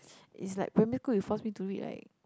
is like primary school you force me to read like